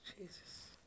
Jesus